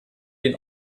den